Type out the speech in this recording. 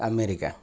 America